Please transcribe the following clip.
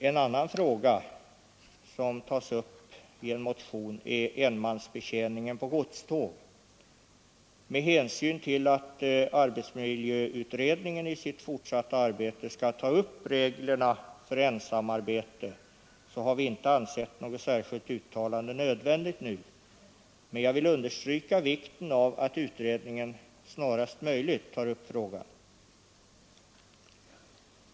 En annan fråga som tas upp i en motion är enmansbetjäningen på godståg. Med hänsyn till att arbetsmiljöutredningen i sitt fortsatta arbete skall ta upp regler för ensamarbete har vi inte ansett något särskilt uttalande nödvändigt nu, men jag vill understryka vikten av att utredningen snarast möjligt tar upp frågan.